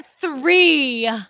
three